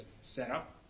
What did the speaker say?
setup